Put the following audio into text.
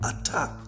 attack